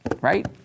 Right